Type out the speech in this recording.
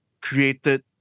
created